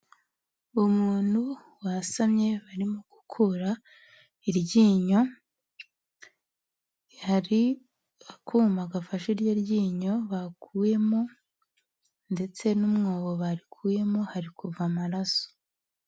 Umuntu wasamye barimo gukura iryinyo, hari akuma gafashe iryo ryinyo baguyemo ndetse n'umwobo barikuyemo hari kuva amaraso.